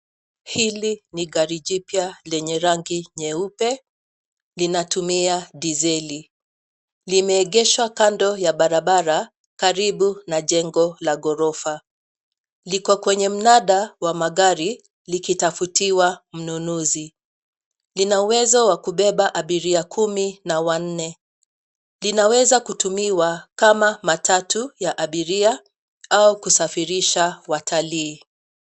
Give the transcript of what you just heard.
Hili ni gari jipya lenye rangi nyeupe, linatumia diseli. Limegeshwa kando ya barabara karibu na jengo la ghorofa. Liko kwenye mnada wa magari likitafutiwa mnunuzi. Lina uwezo wa kubeba abiria kumi na wanne. Linaweza kutumiwa kama matatu ya abiria au kusafirisha watalii.